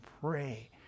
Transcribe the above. pray